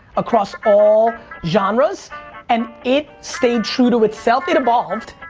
across all genres and it stayed true to itself, it evolved.